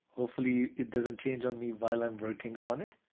hopefully it doesn't change on me while i'm working on it.